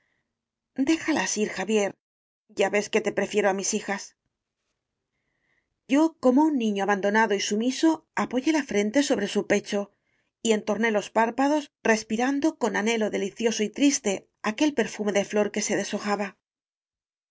déjalas ir xavier ya ves que te pre fiero á mis hijas yo como un niño abandonado y sumiso apoyé la frente sobre su pecho y entorné los párpados respirando con anhelo delicioso y triste aquel perfume de flor que se deshojaba